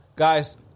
Guys